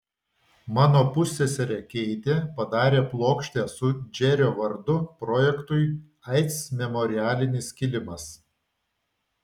mano pusseserė keitė padarė plokštę su džerio vardu projektui aids memorialinis kilimas